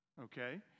Okay